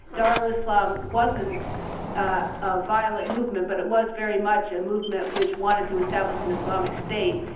darul islam wasn't ah a violent movement, but it was very much a movement which wanted to establish an islamic state,